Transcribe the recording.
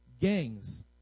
gangs